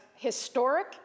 historic